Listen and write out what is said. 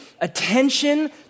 attention